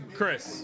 Chris